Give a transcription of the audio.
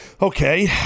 Okay